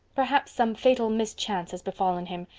perhaps some fatal mischance has befallen him.